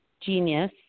genius